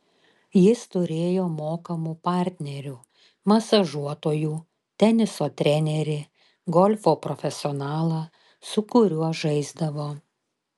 jis turėjo mokamų partnerių masažuotojų teniso trenerį golfo profesionalą su kuriuo žaisdavo